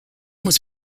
was